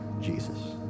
Jesus